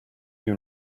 you